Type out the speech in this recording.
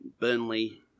Burnley